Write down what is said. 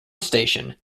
station